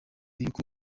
y’uko